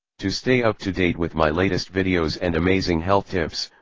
to stay up to date with my latest videos and amazing health tips,